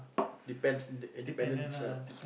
depends i~ independent himself